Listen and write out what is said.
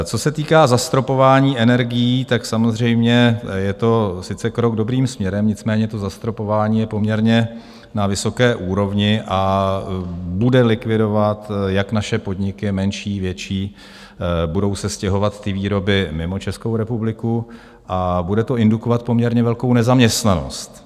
Co se týká zastropování energií, samozřejmě je to sice krok dobrým směrem, nicméně to zastropování je poměrně na vysoké úrovni a bude likvidovat jak naše podniky menší, větší, budou se výroby stěhovat mimo Českou republiku a bude to indukovat poměrně velkou nezaměstnanost.